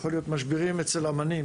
יכול להיות משברים אצל אמנים,